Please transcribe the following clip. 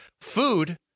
Food